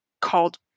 called